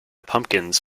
pumpkins